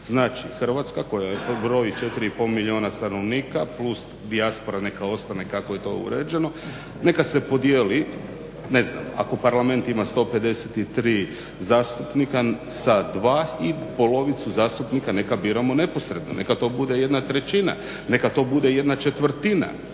Znači Hrvatska je koja broji 4,5 milijuna stanovnika plus dijaspora neka ostane kako je to uređeno neka se podijeli ne znam ako Parlament ima 153 zastupnika sa 2 i polovicu zastupnika neka biramo neposredno, neka to bude jedna trećina, neka to bude jedna četvrtina